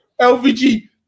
LVG